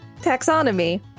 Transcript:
Taxonomy